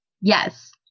Yes